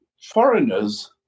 foreigners